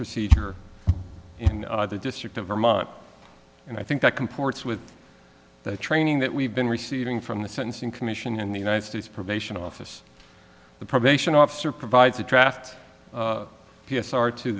procedure in the district of vermont and i think that comports with the training that we've been receiving from the sentencing commission in the united states probation office the probation officer provides a dra